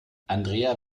andrea